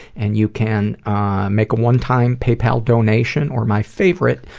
and you can ah make a one-time paypal donation, or my favorite,